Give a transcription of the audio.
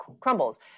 crumbles